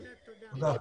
תודה.